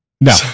No